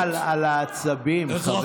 חבר הכנסת גפני, חבל על העצבים, חבר הכנסת גפני.